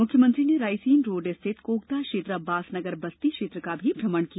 मुख्यमंत्री ने रायसेन रोड स्थित कोकता क्षेत्र अब्बास नगर बस्ती क्षेत्र का भी भ्रमण किया